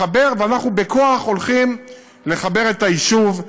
נחבר, ואנחנו בכוח הולכים לחבר את היישוב.